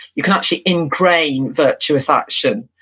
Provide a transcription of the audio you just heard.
you can actually ingrain virtuous ah action.